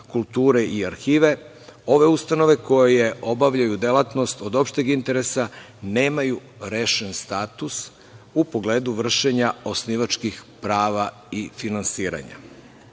kulture i arhive, ove ustanove koje obavljaju delatnost od opšteg interesa, nemaju rešen status u pogledu vršenja osnivačkih prava i finansiranja. Mi